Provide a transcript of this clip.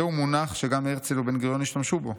זהו מונח שגם הרצל ובן-גוריון השתמשו בו,